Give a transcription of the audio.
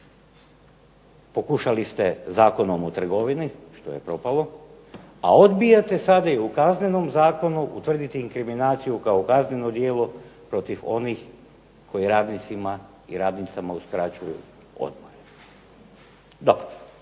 Pokušali ste Zakonom o trgovini, što je propalo, a odbijate sada i u Kaznenom zakonu utvrditi inkriminaciju kao kazneno djelo protiv onih koji radnicima i radnicama uskraćuju odmor.